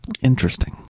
Interesting